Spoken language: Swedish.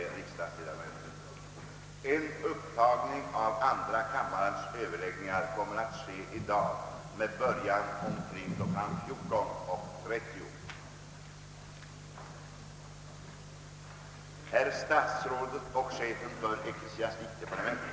Avsikten är att annonsen skall införas i dagspressen redan i morgon, den 3 november.